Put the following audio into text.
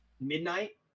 midnight